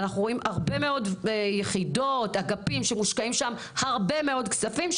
אנחנו רואים הרבה מאוד יחידות ואגפים שמושקעים בהם הרבה מאוד כספים,